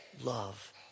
love